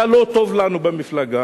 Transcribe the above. אתה לא טוב לנו במפלגה.